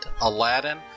Aladdin